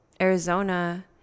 Arizona